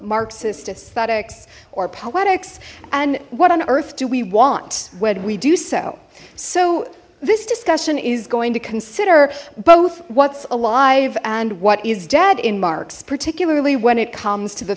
marxist aesthetics or poetics and what on earth do we want when we do so so this discussion is going to consider both what's alive and what is dead in marx particularly when it comes to the